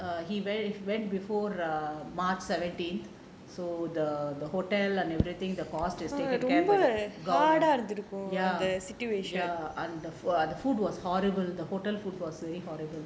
err he went he went before err march seventeen so the hotel and everything the cost is taken care by the government ya ya and the food and the food was horrible the hotel food was very horrible